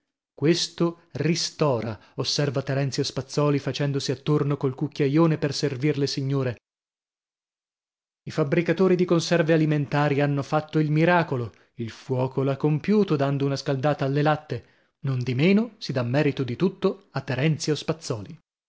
questo ristora osserva terenzio spazzòli facendosi attorno col cucchiaione per servir le signore i fabbricatori di conserve alimentari hanno fatto il miracolo il fuoco l'ha compiuto dando una scaldata alle latte nondimeno si dà merito di tutto a terenzio spazzòli